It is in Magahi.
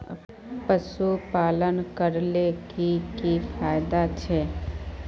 पशुपालन करले की की फायदा छे?